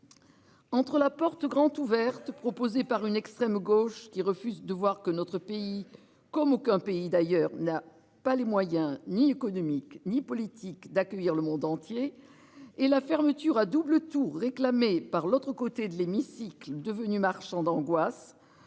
Entre la porte grand ouverte proposée par une extrême gauche qui refuse de voir que notre pays comme aucun pays d'ailleurs n'a pas les moyens ni économique ni politique d'accueillir le monde entier et la fermeture à double tour réclamé par l'autre côté de l'hémicycle devenu marchand d'angoisse.